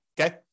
okay